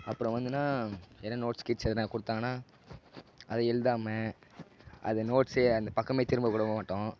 அப்புறம் வந்துனால் எதுனா நோட்ஸ் கீட்ஸ் எதுனால் கொடுத்தாங்கன்னா அதை எழுதாம அது நோட்ஸு அந்த பக்கமே திரும்பி கூட மாட்டோம்